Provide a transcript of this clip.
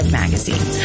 magazine